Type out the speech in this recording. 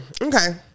Okay